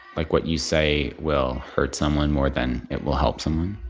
like, what you say will hurt someone more than it will help someone?